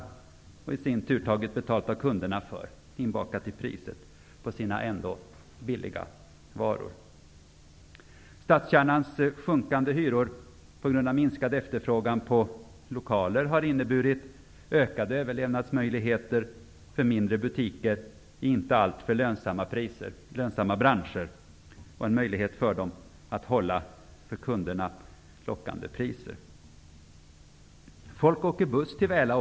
Sedan har de i sin tur tagit betalt av kunderna genom att baka in det i priset på sina, ändock, billiga varor. I stadskärnan har hyrorna sjunkit på grund av minskad efterfrågan på lokaler. Det har inneburit ökade överlevnadsmöjligheter för mindre butiker i inte alltför lönsamma branscher. De har fått en möjlighet att hålla, för kunderna, lockande priser. Folk åker också buss till Väla.